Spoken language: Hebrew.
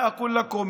אני אומר לכם,